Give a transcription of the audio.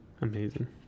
Amazing